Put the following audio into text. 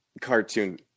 cartoon